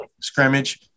scrimmage